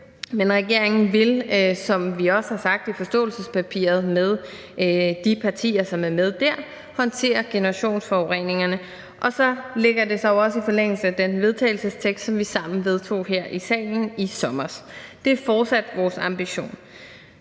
men regeringen vil, som vi også har sagt det i forståelsespapiret, med de partier, som er med der, håndtere generationsforureningerne, og så lægger det sig jo også i forlængelse af det forslag til vedtagelse, som vi sammen vedtog her i salen i sommer. Det er fortsat vores ambition.